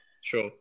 Sure